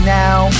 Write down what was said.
now